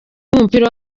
w’umupira